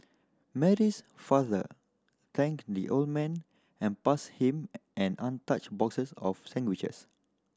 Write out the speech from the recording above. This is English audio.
Mary's father thanked the old man and passed him an untouched boxes of sandwiches